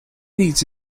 needs